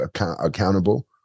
accountable